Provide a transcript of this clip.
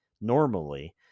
normally